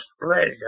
pleasure